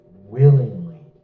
Willingly